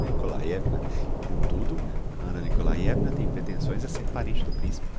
nikolaievna e comtudo a anna nikolaievna tem pretensões a ser parente do principe